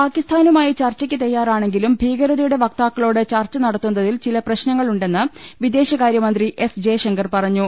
പാക്കിസ്ഥാനുമായി ചർച്ചയ്ക്ക് തയ്യാറാണെങ്കിലും ഭീകരത യുടെ വക്താക്കളോട് ചർച്ച നടത്തുന്നതിൽ ചില പ്രശ്നങ്ങളു ണ്ടെന്ന് വിദേശകാര്യമന്ത്രി എസ് ജയശങ്കർ പറഞ്ഞു